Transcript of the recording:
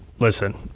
listen,